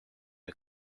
her